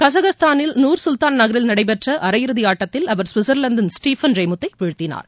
கசகஸ்தானின் Nursultan நகரில் நடைபெற்ற அரையிறுதி ஆட்டத்தில் அவர் சுவிட்சர்லாந்தின் ஸ்டீஃபன் ரேமுத் ஐ வீழ்த்தினார்